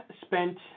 spent